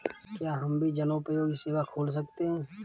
क्या हम भी जनोपयोगी सेवा खोल सकते हैं?